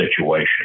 situation